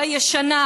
הישנה.